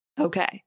okay